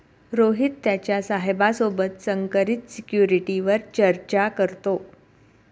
रोहित त्याच्या साहेबा सोबत संकरित सिक्युरिटीवर चर्चा करतो